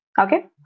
Okay